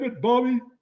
Bobby